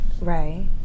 Right